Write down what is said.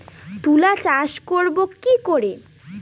তুলা চাষ করব কি করে?